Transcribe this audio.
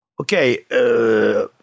Okay